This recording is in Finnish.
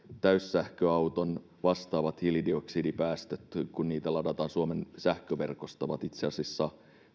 täyssähköauton vastaavat hiilidioksidipäästöt kun niitä ladataan suomen sähköverkosta ovat itse asiassa